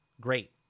Great